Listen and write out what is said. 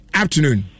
afternoon